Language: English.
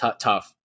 tough